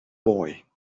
boy